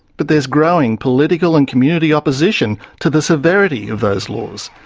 but there is growing political and community opposition to the severity of those laws.